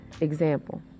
example